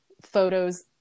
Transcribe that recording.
photos